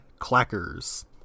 clackers